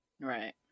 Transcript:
Right